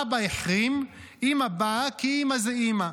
אבא החרים, אימא באה כי אימא זה אימא.